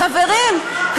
חברים,